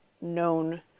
known